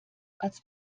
als